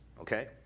okay